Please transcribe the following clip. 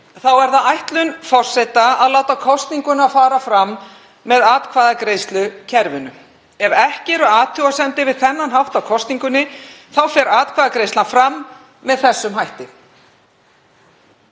er það ætlun forseta að láta kosninguna fara fram með atkvæðagreiðslukerfinu. Ef ekki eru athugasemdir við þennan hátt á kosningunni fer atkvæðagreiðslan fram með þeim hætti.